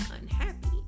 unhappy